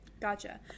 Gotcha